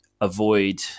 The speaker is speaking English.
avoid